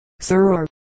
sir